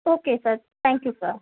okay sir thank you sir